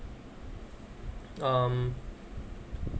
um